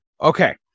Okay